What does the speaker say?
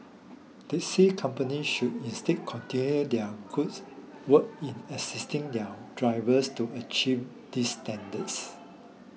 Taxi companies should instead continue their goods work in assisting their drivers to achieve these standards